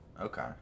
okay